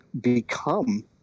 become